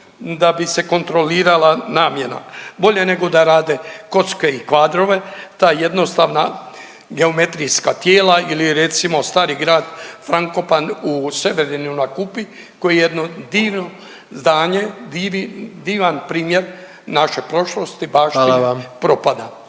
da bi se kontrolirala namjena, bolje nego da rade kocke i kvadrove, ta jednostavna geometrijska tijela ili recimo, stari grad Frankopan u Severinu na Kupi koji je jedno divno zdanje, divan primjer naše prošlosti, baštine